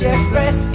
Express